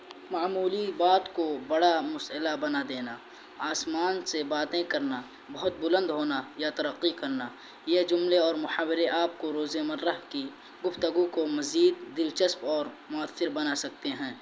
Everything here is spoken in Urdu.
معمولی بات کو بڑا مسئلہ بنا دینا آسمان سے باتیں کرنا بہت بلند ہونا یا ترقی کرنا یہ جملے اور محاورے آپ کو روز مرہ کی گفتگو کو مزید دلچسپ اور مؤثر بنا سکتے ہیں